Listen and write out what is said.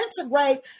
integrate